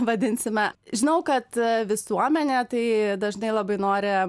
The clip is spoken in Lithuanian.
vadinsime žinau kad visuomenė tai dažnai labai nori